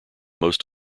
most